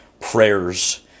prayers